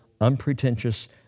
unpretentious